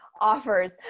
offers